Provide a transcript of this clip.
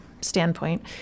standpoint